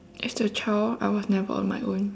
as a child I was never on my own